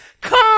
Come